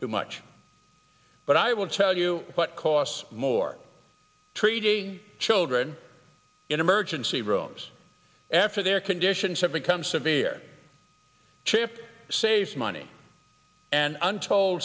too much but i will tell you what costs more treating children in emergency rooms after their conditions have become severe chip saves money and untold